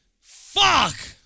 Fuck